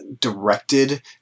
directed